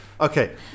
okay